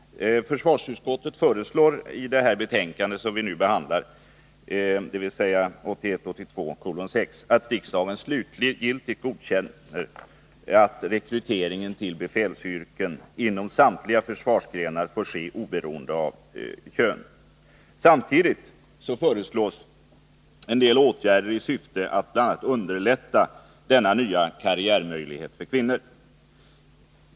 Försvarsutskottet föreslår i det betänkande som vi nu behandlar, 1981/82:6, att riksdagen slutgiltigt godkänner att rekrytering till befälsyrket inom samtliga försvarsgrenar får ske oberoende av kön. Samtidigt föreslås en del åtgärder i syfte att bl.a. underlätta denna nya karriärmöjlighet för kvinnor.